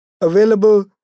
available